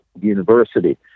university